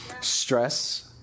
stress